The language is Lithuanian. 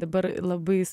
dabar labai